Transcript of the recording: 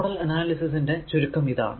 nodal analysis ന്റെ ചുരുക്കം ഇതാണ്